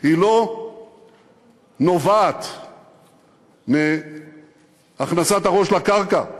היא לא נובעת מהכנסת הראש לקרקע,